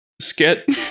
skit